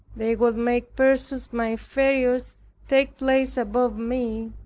they would make persons my inferiors take place above me.